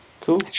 Cool